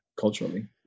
culturally